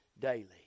daily